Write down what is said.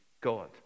God